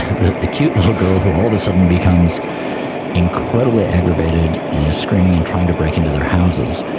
that the cute little girl who all of a sudden becomes incredibly aggravated and is screaming and trying to break into their houses,